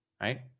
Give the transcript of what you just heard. right